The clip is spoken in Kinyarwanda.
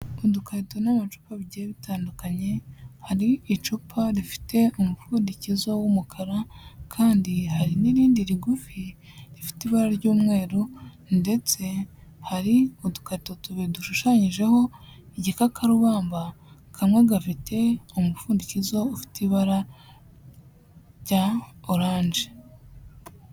Udukarito n'amacupa bigiye bitandukanye hari icupa rifite umupfundikizo w'umukara kandi hari n'irindi rigufi rifite ibara ry'umweru ndetse hari udukata tubiri dushushanyijeho igikakarubamba kanmwe gafite umupfundikizo ufite ibara rya orange.